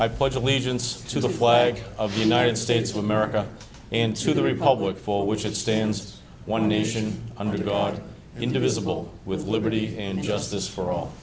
i pledge allegiance to the quiet of the united states of america and to the republic for which it stands one nation under god indivisible with liberty and justice for